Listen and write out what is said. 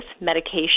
medication